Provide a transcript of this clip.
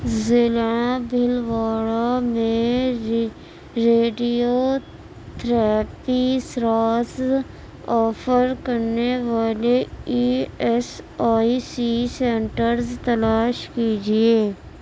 ضلع بھلواڑہ میں radio therapy services offer کرنے والے E S I C centres تلاش کیجیے